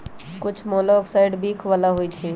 कुछ मोलॉक्साइड्स विख बला होइ छइ